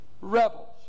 rebels